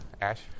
Ash